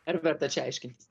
ar verta čia aiškintis